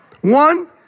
One